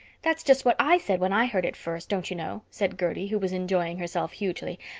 that's just what i said when i heard it first, don't you know, said gertie, who was enjoying herself hugely.